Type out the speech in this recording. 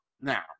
now